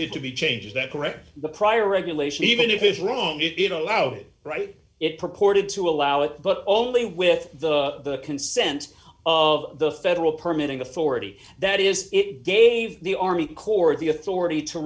to be changed is that correct the prior regulation even if wrong it allowed write it purported to allow it but only with the consent of the federal permitting authority that is it gave the army corps of the authority to